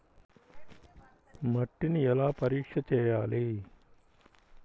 మట్టిని ఎలా పరీక్ష చేయాలి?